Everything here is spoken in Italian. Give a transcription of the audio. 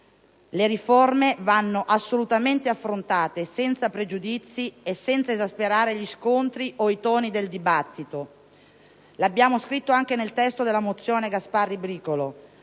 Le riforme vanno assolutamente affrontate senza pregiudizi e senza esasperare gli scontri o i toni del dibattito. Lo abbiamo scritto anche nel testo della mozione di cui sono